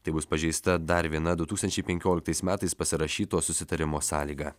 taip bus pažeista dar viena du tūkstančiai penkioliktais metais pasirašyto susitarimo sąlyga